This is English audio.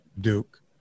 Duke